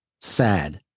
sad